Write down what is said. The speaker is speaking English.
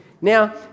Now